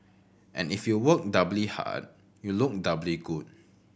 and if you work doubly hard you look doubly good